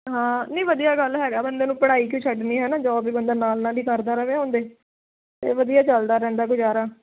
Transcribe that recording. ਹਾਂ ਨਹੀਂ ਵਧੀਆ ਗੱਲ ਹੈਗਾ ਬੰਦੇ ਨੂੰ ਪੜ੍ਹਾਈ ਕਿਉਂ ਛੱਡਣੀ ਹੈ ਨਾ ਜੋਬ ਵੀ ਬੰਦਾ ਨਾਲ ਨਾਲ ਹੀ ਕਰਦਾ ਰਹੇ ਤਾਂ ਵਧੀਆ ਚੱਲਦਾ ਰਹਿੰਦਾ ਗੁਜ਼ਾਰਾ